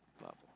level